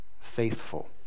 faithful